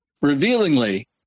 Revealingly